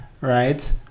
right